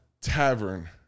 Tavern